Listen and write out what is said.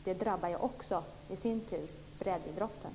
Det drabbar ju också i sin tur breddidrotten.